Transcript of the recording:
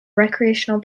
recreational